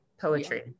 poetry